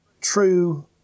true